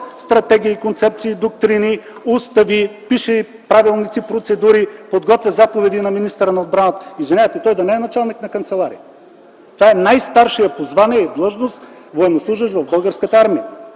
стратегии, концепции, доктрини, устави, пише правилници, процедури, подготвя заповеди на министъра на отбраната. Извинявайте, той да не е началник на канцеларията? Той е най-старшият по звание и длъжност военнослужещ в Българската армия.